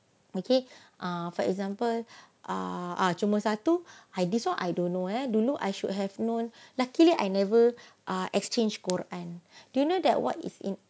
okay ah for example a'ah cuma satu I this one I don't know eh dulu I should have known luckily I never ah exchanged quran do you know that what is in